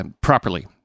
properly